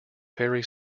ferry